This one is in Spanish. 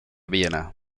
viena